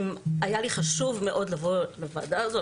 היה לי חשוב מאוד לבוא לוועדה הזאת,